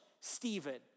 Stephen